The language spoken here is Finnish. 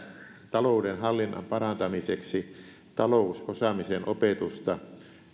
talouden hallinnan parantamiseksi talousosaamisen opetusta